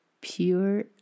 pure